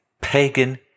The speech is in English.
pagan